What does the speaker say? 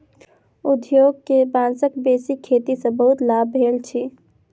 उद्योग के बांसक बेसी खेती सॅ बहुत लाभ भेल अछि